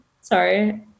Sorry